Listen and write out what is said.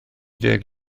deg